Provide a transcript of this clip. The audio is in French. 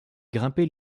grimper